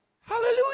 Hallelujah